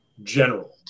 general